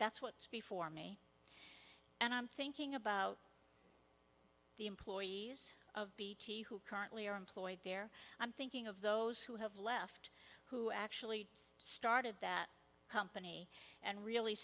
that's what's before me and i'm thinking about the employees of bt who currently are employed there i'm thinking of those who have left who actually started that company and really